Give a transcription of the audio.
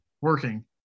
working